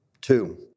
Two